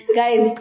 guys